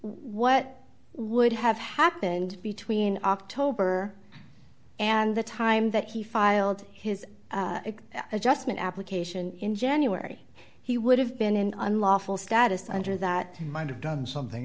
what would have happened between october and the time that he filed his adjustment application in january he would have been in unlawful status under that he might have done something